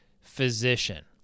physician